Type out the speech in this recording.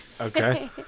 Okay